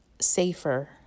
safer